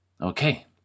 Okay